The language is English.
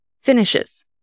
finishes